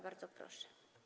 Bardzo proszę.